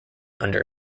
under